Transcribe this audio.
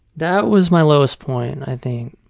that was my lowest point i think.